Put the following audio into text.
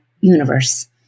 universe